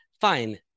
Fine